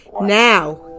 Now